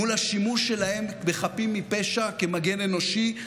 מול השימוש שלהם בחפים מפשע כמגן אנושי,